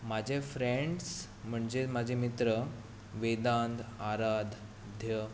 म्हजे फ्रेंड्स म्हणजे म्हजे मित्र वेदांत आराद्य